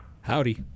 Howdy